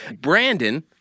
Brandon